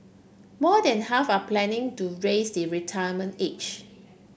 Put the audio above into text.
more than half are planning to raise the retirement age